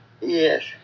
Yes